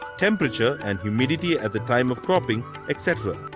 temperature and humidity at the time of cropping etc.